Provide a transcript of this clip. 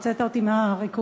הוצאת אותי מהריכוז,